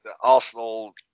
Arsenal